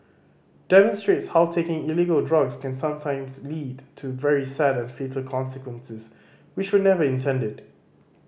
demonstrates how taking illegal drugs can sometimes lead to very sad and fatal consequences which were never intended